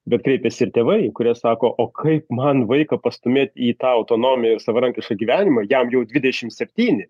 bet kreipiasi ir tėvai kurie sako o kaip man vaiką pastūmėt į tą autonomiją ir savarankišką gyvenimą jam jau dvidešimt septyni